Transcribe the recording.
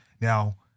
Now